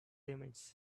elements